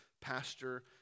pastor